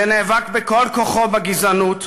שנאבק בכל כוחו בגזענות,